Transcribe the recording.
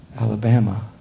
Alabama